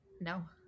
No